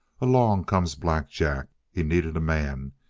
along comes black jack. he needed a man.